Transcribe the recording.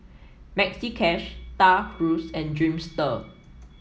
Maxi Cash Star Cruise and Dreamster